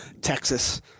Texas